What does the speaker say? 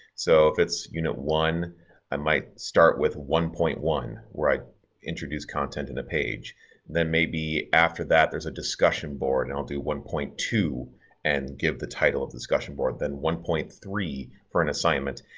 so if it's you know one i might start with one point one where i introduce content in a page then maybe after that there's a discussion board and i'll do one point two and give the title of discussion board. then one point three for an assignment,